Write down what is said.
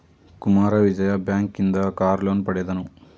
Kumara Vijaya bank ಇಂದ car loan ಪಡೆದನು